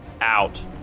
out